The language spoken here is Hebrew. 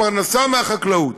הפרנסה מהחקלאות.